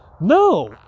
no